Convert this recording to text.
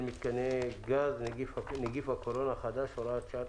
מיתקני גז (נגיף הקורונה החדש) (הוראת שעה),